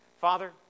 Father